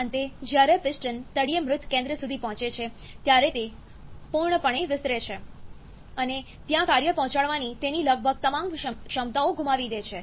અંતે જ્યારે પિસ્ટન તળિયે મૃત કેન્દ્ર સુધી પહોંચે છે ત્યારે તે પૂર્ણપણે વિસ્તરે છે અને ત્યાં કાર્ય પહોંચાડવાની તેની લગભગ તમામ ક્ષમતાઓ ગુમાવી દે છે